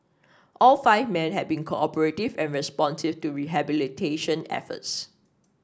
all five men had been cooperative and responsive to rehabilitation efforts